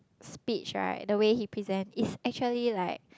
speech right the way he present is actually like